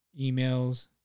emails